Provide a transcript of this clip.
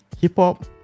Hip-Hop